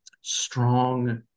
strong